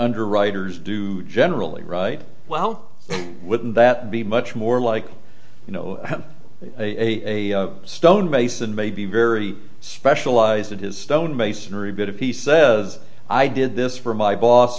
underwriters do generally write well wouldn't that be much more like you know a stonemason may be very specialized in his stone masonry but if he says i did this for my boss